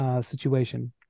situation